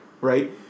right